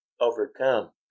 overcome